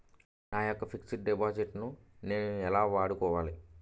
నా యెక్క fixed deposit ను నేను ఎలా వాడుకోవాలి?